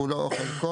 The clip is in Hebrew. כולו או חלקו,